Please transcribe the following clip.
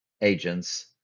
agents